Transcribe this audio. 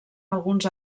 alguns